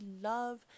love